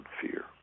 fear